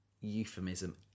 euphemism